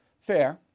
Fair